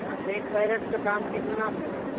हाँ तो एक कैरेट का दाम कितना हुआ